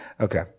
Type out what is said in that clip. Okay